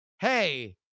Hey